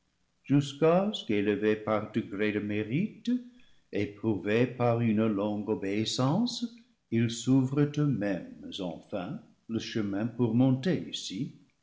jusqu'à ce qu'élevés par degrés de mérite éprouvés par une longue obéissance ils s'ouvrent eux-mêmes enfin le chemin pour monter ici